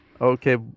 Okay